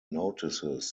notices